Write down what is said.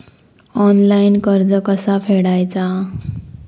Online कर्ज कसा फेडायचा?